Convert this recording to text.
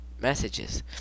messages